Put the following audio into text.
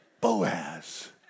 Boaz